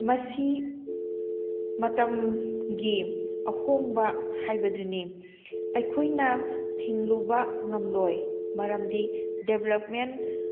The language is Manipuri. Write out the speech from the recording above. ꯃꯁꯤ ꯃꯇꯝꯒꯤ ꯑꯍꯣꯡꯕ ꯍꯥꯏꯕꯗꯨꯅꯤ ꯑꯩꯈꯣꯏꯅ ꯊꯤꯡꯂꯨꯕ ꯉꯝꯂꯣꯏ ꯃꯔꯝꯗꯤ ꯗꯦꯚꯦꯂꯞꯃꯦꯟ